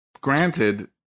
granted